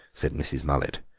said mrs. mullet,